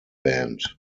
band